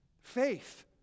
Faith